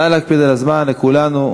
נא להקפיד על הזמן בשביל כולנו,